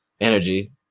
energy